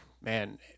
man